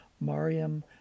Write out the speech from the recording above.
Mariam